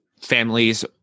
families